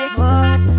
boy